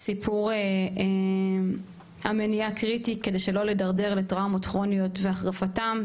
סיפור המניעה קריטי כדי שלא לדרדר לטראומות כרוניות והחרפתן.